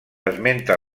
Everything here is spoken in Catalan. esmenta